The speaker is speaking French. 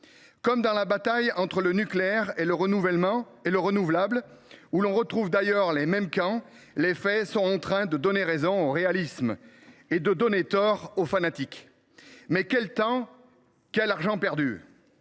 Comme dans la bataille entre le nucléaire et le renouvelable – où l’on retrouve d’ailleurs les mêmes camps –, les faits sont en train de donner raison au réalisme et de donner tort aux fanatiques. Mais quel temps, quel argent perdus !